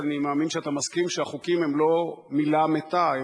אני מאמין שאתה מסכים שהחוקים הם לא מלה מתה,